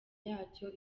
yacyo